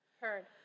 Heard